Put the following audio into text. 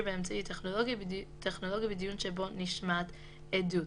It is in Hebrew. באמצעי טכנולוגי בדיון שבו נשמעת עדות,